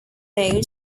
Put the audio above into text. node